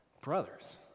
brothers